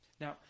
Now